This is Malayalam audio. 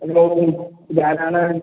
ഹലോ ഇതാരാണ്